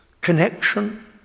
connection